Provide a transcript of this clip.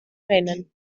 rennen